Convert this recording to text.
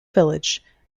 village